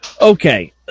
Okay